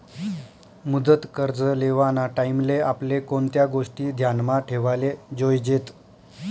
मुदत कर्ज लेवाना टाईमले आपले कोणत्या गोष्टी ध्यानमा ठेवाले जोयजेत